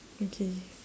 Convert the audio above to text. okay